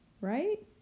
Right